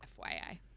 FYI